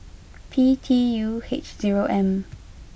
P T U H zero M